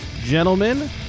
gentlemen